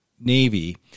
Navy